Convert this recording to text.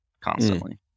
constantly